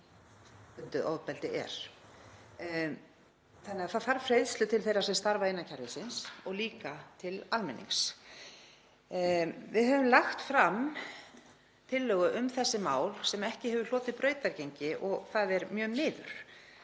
er. Það þarf fræðslu til þeirra sem starfa innan kerfisins og líka til almennings. Við höfum lagt fram tillögu um þessi mál sem ekki hefur hlotið brautargengi og það er mjög miður.